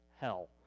hell